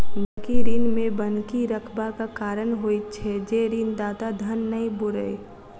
बन्हकी ऋण मे बन्हकी रखबाक कारण होइत छै जे ऋणदाताक धन नै बूड़य